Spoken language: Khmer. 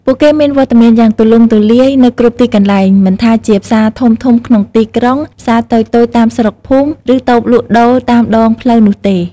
ពួកគេមានវត្តមានយ៉ាងទូលំទូលាយនៅគ្រប់ទីកន្លែង មិនថាជាផ្សារធំៗក្នុងទីក្រុង ផ្សារតូចៗតាមស្រុកភូមិ ឬតូបលក់ដូរតាមដងផ្លូវនោះទេ។